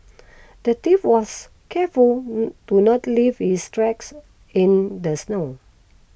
the thief was careful to not leave his tracks in the snow